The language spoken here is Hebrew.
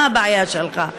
מה הבעיה שלך?